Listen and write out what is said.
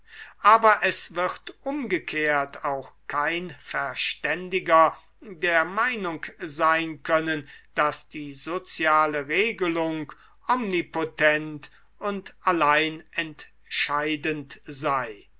aber es wird umgekehrt auch kein verständiger der meinung sein können daß die soziale regelung omnipotent und allein entscheidend sei